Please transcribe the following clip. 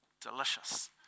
delicious